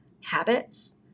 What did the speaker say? habits